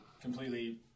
completely